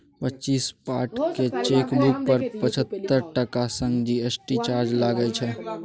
पच्चीस पातक चेकबुक पर पचहत्तर टका संग जी.एस.टी चार्ज लागय छै